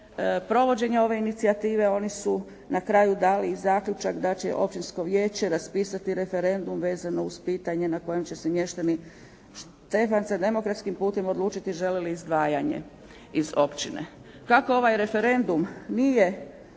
provođenje ove inicijative oni su na kraju dali i zaključak da će općinsko vijeće raspisati referendum vezano uz pitanje na kojem će se mještani Štefanca demokratskim putem odlučiti želi li izdvajanje iz općine. Kako ovaj referendum nije